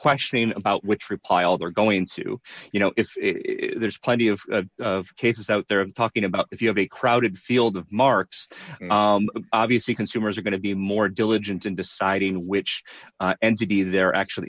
questioning about which reply all they're going to you know if there's plenty of cases out there i'm talking about if you have a crowded field of marks obviously consumers are going to be more diligent in deciding which city they're actually